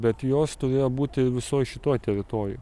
bet jos turėjo būti visoj šitoj teritorijoj